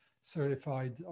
certified